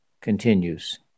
continues